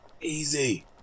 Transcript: Easy